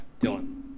Dylan